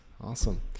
Awesome